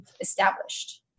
established